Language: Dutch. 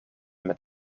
met